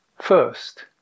First